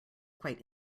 quite